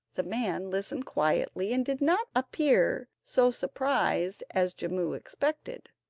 the man listened quietly, and did not appear so surprised as jimmu expected,